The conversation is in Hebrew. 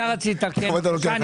אתה רצית, בבקשה.